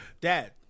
Dad